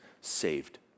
saved